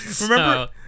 remember